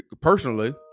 personally